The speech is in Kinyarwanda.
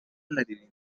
anaririmba